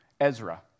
Ezra